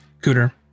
Cooter